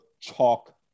chalk